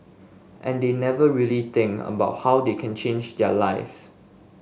and they never really think about how they can change their lives